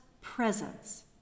presence